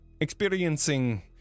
experiencing